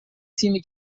تیمی